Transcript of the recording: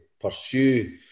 pursue